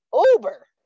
Uber